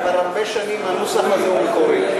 כבר הרבה שנים הנוסח הזה הוא מקורי.